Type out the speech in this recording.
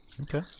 Okay